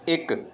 ਇੱਕ